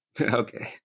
Okay